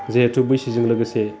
जिहेतु बैसोजों लोगोसे